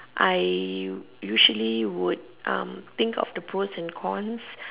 I usually would um think about the pros and cons